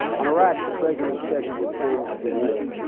on iraq, the president said he would end the war.